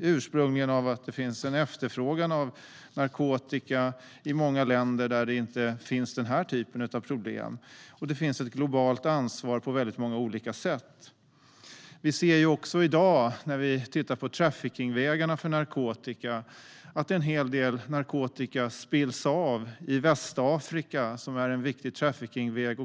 ursprungligen av att det finns en efterfrågan på narkotika i många länder som inte har den här typen av problem. Det finns ett globalt ansvar på väldigt många olika sätt. När vi tittar på traffickingvägarna ser vi att en hel del narkotika "spills av" i Västafrika, som är en viktig traffickingväg.